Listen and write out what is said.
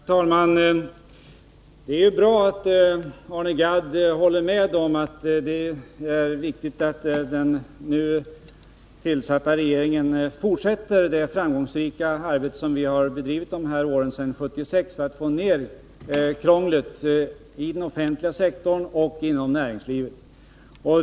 Herr talman! Det är bra att Arne Gadd håller med om att det är viktigt att den nya regeringen fortsätter det framgångsrika arbete som vi har bedrivit sedan 1976 för att få ned krånglet i den offentliga sektorn och inom näringslivet.